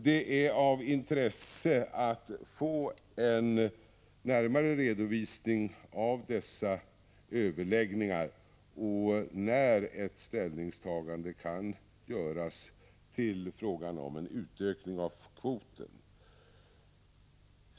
Det är av intresse att få en närmare redovisning av dessa överläggningar och när ett ställningstagande kan göras till frågan om utökning av kvoten.